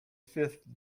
fifth